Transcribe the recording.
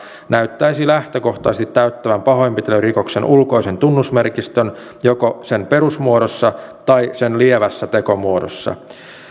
näyttäisi lähtökohtaisesti täyttävän pahoinpitelyrikoksen ulkoisen tunnusmerkistön joko sen perusmuodossa tai sen lievässä tekomuodossa